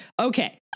okay